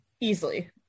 Easily